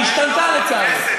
היא השתנתה, לצערי.